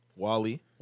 Wally